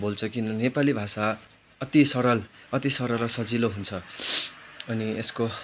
बोल्छ किनभने नेपाली भाषा अति सरल अति सरल र सजिलो हुन्छ अनि यसको